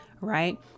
right